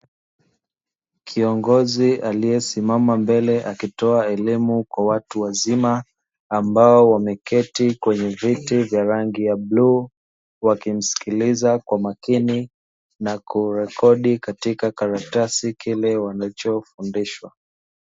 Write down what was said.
Kiongozi aliyesimama mbele akitoa elimu kwa watu wazima ambao wameketi kwenye viti vya rangi ya bluu, wakimsikiliza kwa makini na kurekodi katika karatasi kile wanachofundishwa.